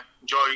enjoy